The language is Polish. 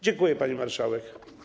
Dziękuję, pani marszałek.